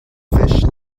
fish